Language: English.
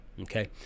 okay